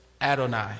Adonai